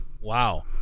Wow